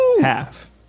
Half